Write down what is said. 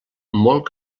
molt